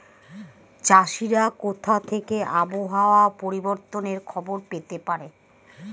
চাষিরা কোথা থেকে আবহাওয়া পরিবর্তনের খবর পেতে পারে?